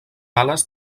ales